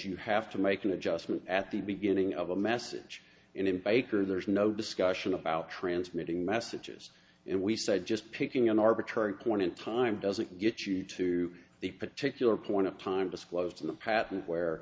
you have to make an adjustment at the beginning of a message in baker there's no discussion about transmitting messages and we said just picking an arbitrary point in time doesn't get you to the particular point of time disclosed in the pattern where